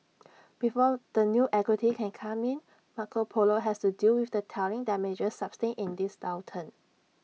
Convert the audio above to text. before the new equity can come in Marco Polo has to deal with the telling damages sustained in this downturn